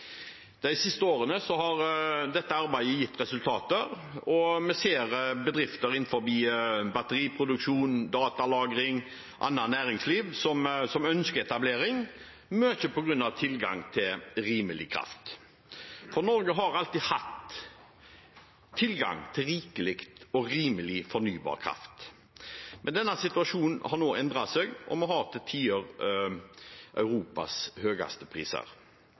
De siste årene har dette arbeidet gitt resultater, og vi ser bedrifter innenfor batteriproduksjon, datalagring og annet næringsliv som ønsker etablering, mye på grunn av tilgang til rimelig kraft. Norge har alltid hatt tilgang til rikelig og rimelig fornybar kraft. Denne situasjonen har nå endret seg, og vi har til tider Europas høyeste priser.